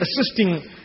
assisting